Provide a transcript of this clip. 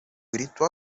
grito